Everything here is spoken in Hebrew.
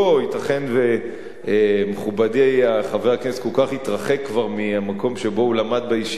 ייתכן שמכובדי חבר הכנסת כל כך התרחק כבר מהמקום שהוא למד בישיבה,